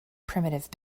primitive